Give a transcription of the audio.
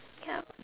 yup